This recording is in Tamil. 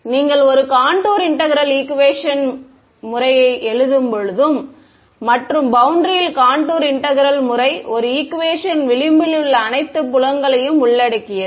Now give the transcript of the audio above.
நீங்கள் ஒரு காண்ட்டூர் எழுதும்போது இன்டெக்ரேல் ஈக்குவேஷன் முறை மற்றும் பௌண்டரியில் காண்ட்டுர் இன்டெக்ரேல் முறை ஒரு ஈகுவேசன் விளிம்பில் உள்ள அனைத்து புலங்களையும் உள்ளடக்கியது